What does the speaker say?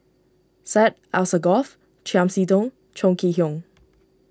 Syed Alsagoff Chiam See Tong Chong Kee Hiong